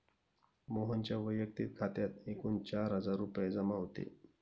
मोहनच्या वैयक्तिक खात्यात एकूण चार हजार रुपये जमा होते